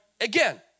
again